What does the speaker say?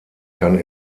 kann